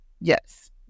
Yes